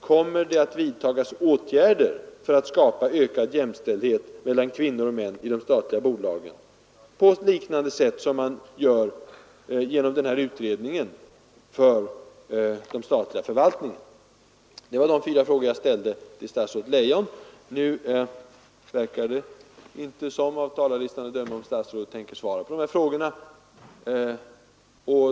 Kommer det att vidtas åtgärder för att skapa ökad jämställdhet mellan kvinnor och män i de statliga bolagen, på liknande sätt som man gör genom utredningen för den statliga förvaltningen? Det var dessa fyra frågor jag ställde till statsrådet Leijon. Av talarlistan att döma verkar det inte som om statsrådet tänkte svara på frågorna.